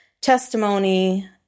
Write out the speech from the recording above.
testimony